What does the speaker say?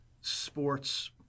sports